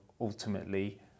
ultimately